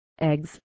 eggs